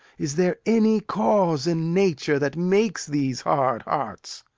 is there any cause in nature that makes these hard hearts?